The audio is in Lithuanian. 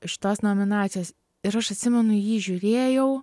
šitos nominacijos ir aš atsimenu į jį žiūrėjau